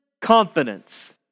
confidence